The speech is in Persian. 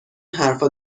حرفا